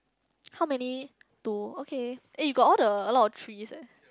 how many two okay eh you got all the a lot of trees eh